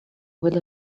will